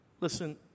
Listen